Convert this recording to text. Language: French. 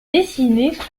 dessinées